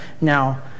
Now